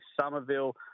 Somerville